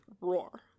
roar